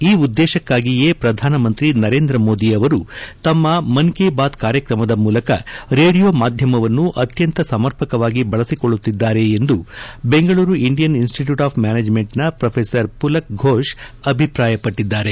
ಈ ಉದ್ದೇಶಕ್ಕಾಗಿಯೇ ಪ್ರಧಾನಮಂತ್ರಿ ನರೇಂದ್ರ ಮೋದಿ ಅವರು ತಮ್ಮ ಮನ್ ಕಿ ಬಾತ್ ಕಾರ್ಯಕ್ರಮದ ಮೂಲಕ ರೇಡಿಯೊ ಮಾಧ್ಯಮವನ್ನು ಅತ್ಯಂತ ಸಮರ್ಪಕವಾಗಿ ಬಳಸಿಕೊಳ್ಳುತ್ತಿದ್ದಾರೆ ಎಂದು ಬೆಂಗಳೂರು ಇಂಡಿಯನ್ ಇನ್ನಿಟ್ಯೂಟ್ ಆಫ್ ಮ್ಯಾನೇಜ್ಮೆಂಟ್ನ ಪ್ರೊಫೆಸರ್ ಮಲಕ್ ಫೋಶ್ ಅಭಿಪ್ರಾಯಪಟ್ಟಿದ್ದಾರೆ